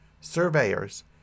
surveyors